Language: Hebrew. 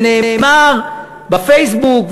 ונאמר בפייסבוק,